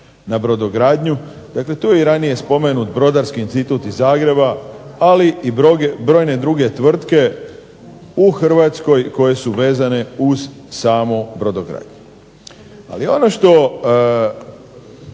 na brodogradnju, dakle tu je i ranije spomenut brodarski institut iz Zagreba, ali i brojne druge tvrtke u Hrvatskoj koje su vezane uz samu brodogradnju. Ali ono što